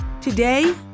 Today